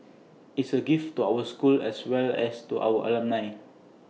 is A gift to our school as well as to our alumni